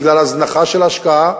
בגלל הזנחה של השקעה.